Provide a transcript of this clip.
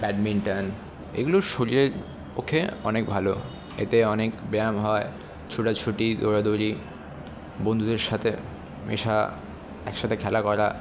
badminton এগুলো শরীরের পক্ষে অনেক ভালো এতে অনেক ব্যায়াম হয় ছোটাছুটি দৌড়াদৌড়ি বন্ধুদের সাথে মেশা একসাথে খেলা করা